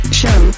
show